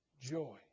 joy